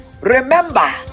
Remember